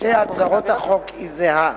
בשתי הצעות החוק היא זהה.